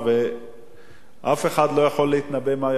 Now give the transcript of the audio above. ואף אחד לא יכול להתנבא מה יכול לקרות.